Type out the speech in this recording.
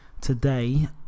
today